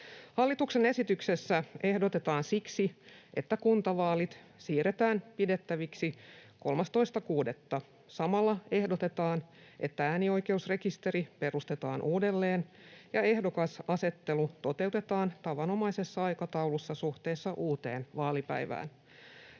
Hallituksen esityksessä ehdotetaan siksi, että kuntavaalit siirretään pidettäviksi 13.6. Samalla ehdotetaan, että äänioikeusrekisteri perustetaan uudelleen ja ehdokasasettelu toteutetaan tavanomaisessa aikataulussa suhteessa uuteen vaalipäivään.